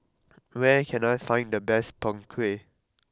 where can I find the best Png Kueh